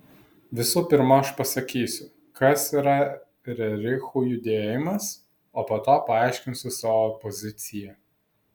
visų pirma aš pasakysiu kas yra rerichų judėjimas o po to paaiškinsiu savo poziciją